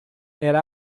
era